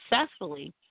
successfully